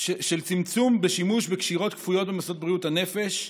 של צמצום בשימוש בקשירות כפויות במוסדות בריאות הנפש,